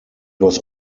was